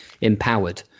empowered